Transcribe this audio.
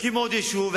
יקימו עוד יישוב,